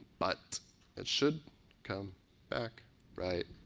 but it should come back right